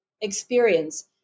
experience